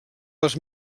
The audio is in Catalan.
les